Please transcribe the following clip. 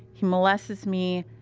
he molests me,